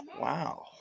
wow